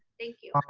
thank you.